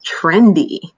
trendy